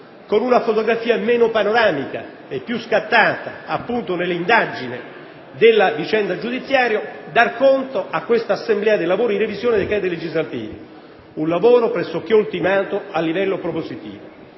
con una fotografia meno panoramica e più scattata appunto nell'indagine della vicenda giudiziaria, dar conto a quest'Assemblea del lavoro di revisione dei decreti legislativi, un lavoro pressoché ultimato a livello propositivo.